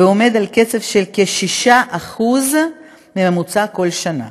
כ-6% בממוצע כל שנה.